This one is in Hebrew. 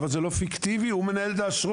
אבל זה לא פיקטיבי, הוא מנהל את האשרות.